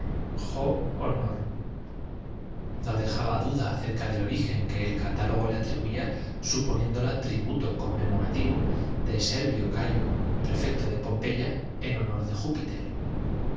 no dejaba duda acerca del origen que el catálogo le portase sus impertinencias atribuía los periódicos de zaragoza como todos los de la suponiéndola tributo conmemorativo de ser vio cayo prefecto de península amanecieron una mañana anunciando la pompeya en honor de júpiter